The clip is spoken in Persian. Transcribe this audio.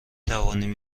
توانیم